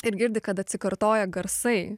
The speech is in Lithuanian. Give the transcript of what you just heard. ir girdi kad atsikartoja garsai